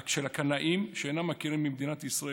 הקנאים שאינם מכירים במדינת ישראל,